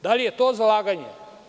Da li je to zalaganje?